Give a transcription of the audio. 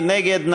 מי נגד?